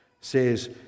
says